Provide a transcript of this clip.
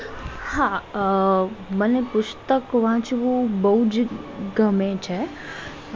હા મને પુસ્તક વાંચવું બહુ જ ગમે છે